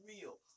real